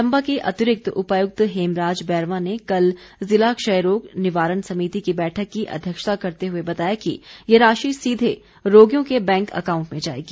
चंबा के अतिरिक्त उपायुक्त हेमराज बैरवां ने कल जिला क्षयरोग निवारण समिति की बैठक की अध्यक्षता करते हुए बताया कि ये राशि सीधे रोगियों के बैंक एकाउंट में जाएगी